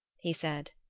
he said.